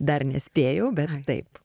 dar nespėjau bet taip